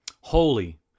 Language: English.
holy